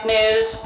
News